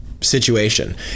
situation